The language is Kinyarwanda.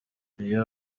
niyo